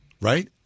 Right